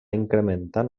incrementant